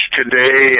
today